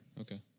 Okay